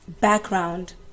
Background